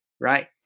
right